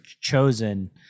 chosen